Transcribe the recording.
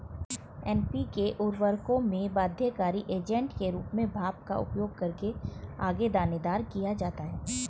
NPK उर्वरकों में बाध्यकारी एजेंट के रूप में भाप का उपयोग करके आगे दानेदार किया जाता है